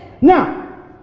Now